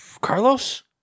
Carlos